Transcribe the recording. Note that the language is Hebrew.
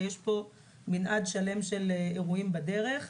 יש פה מנעד שלם של אירועים בדרך.